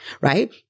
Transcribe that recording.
right